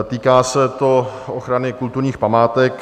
Týká se to ochrany kulturních památek.